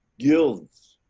guilds,